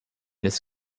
his